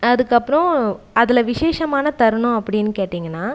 அதுக்கு அப்புறோ அதில் விசேஷமான தருணோம் அப்படினு கேட்டீங்கன்னால்